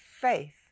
faith